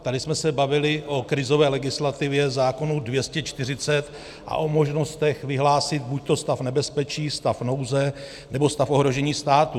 Tady jsme se bavili o krizové legislativě, zákonu 240, a o možnostech vyhlásit buďto stav nebezpečí, stav nouze, nebo stav ohrožení státu.